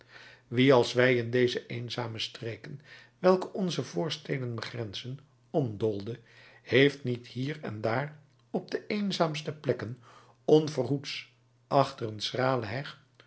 wie als wij in deze eenzame streken welke onze voorsteden begrenzen omdoolde heeft niet hier en daar op de eenzaamste plekken onverhoeds achter een schrale heg